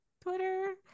Twitter